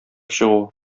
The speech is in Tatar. чыгу